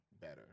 better